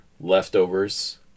leftovers